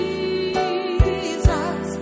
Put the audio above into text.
Jesus